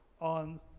on